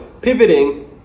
pivoting